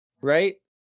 Right